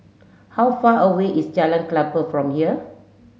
how far away is Jalan Klapa from here